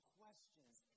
questions